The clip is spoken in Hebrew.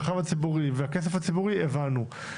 את עניין המרחב הציבורי והכסף הציבורי הבנו.